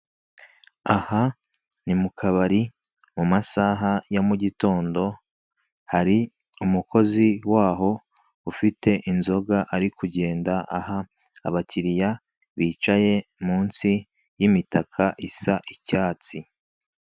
Aha ni mukabari mu masaha ya mugitondo, hari umukozi waho ufite inzoga ari kugenda aha abakiliya bicaye munsi y'imitaka isa icyatsi.